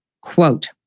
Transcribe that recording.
quote